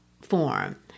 form